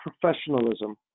professionalism